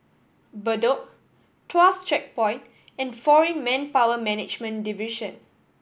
Bedok Tuas Checkpoint and Foreign Manpower Management Division